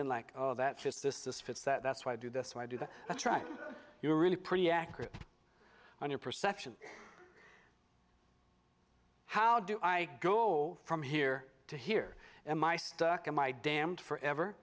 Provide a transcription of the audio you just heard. in like that just this this fits that's why i do this why do that that's right you're really pretty accurate on your perception how do i go from here to here and my stuck in my damned forever